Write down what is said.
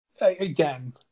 again